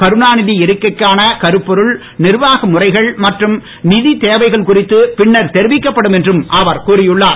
கருணாநிதி இருக்கைக்கான கருப்பொருள் நிர்வாக முறைகள் மற்றும் நிதித்தேவைகள் குறித்து பின்னர் தெரிவிக்கப்படும் என்றும் அவர் கூறியுள்ளார்